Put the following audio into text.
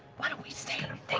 why don't we stay?